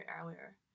earlier